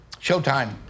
Showtime